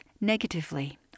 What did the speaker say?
negatively